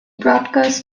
broadcasts